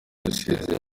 rusizi